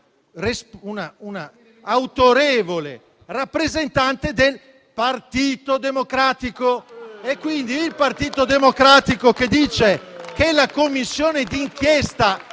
una autorevole rappresentante del Partito Democratico. Il Partito Democratico dice che la commissione di inchiesta